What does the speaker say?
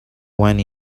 when